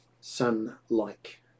Sun-like